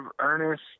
Ernest